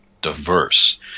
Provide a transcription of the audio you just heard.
diverse